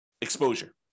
exposure